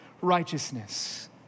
righteousness